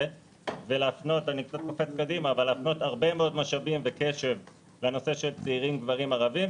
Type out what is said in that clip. ולהפנות הרבה מאוד משאבים וקשב לנושא של צעירים גברים ערבים,